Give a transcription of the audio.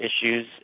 issues